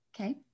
Okay